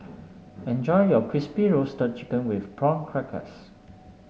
enjoy your Crispy Roasted Chicken with Prawn Crackers